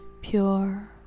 pure